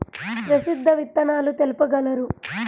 ప్రసిద్ధ విత్తనాలు తెలుపగలరు?